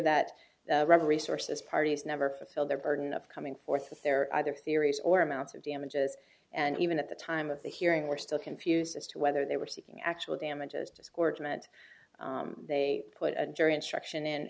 that the rubber resources parties never fulfilled their burden of coming forth with their either theories or amounts of damages and even at the time of the hearing we're still confused as to whether they were seeking actual damages disgorgement they put a jury instruction